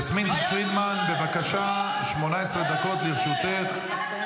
יסמין פרידמן, בבקשה, 18 דקות לרשותך.